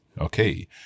Okay